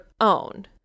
own